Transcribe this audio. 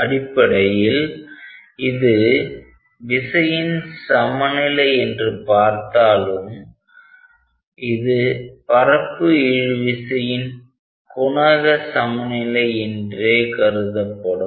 அடிப்படையில் இது விசையின் சமநிலை என்று பார்த்தாலும் இது பரப்பு இழு விசையின் குணக சமநிலை என்றே கருதப்படும்